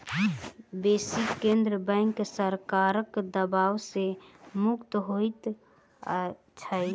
बेसी केंद्रीय बैंक सरकारक दबाव सॅ मुक्त होइत अछि